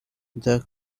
the